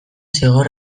zigor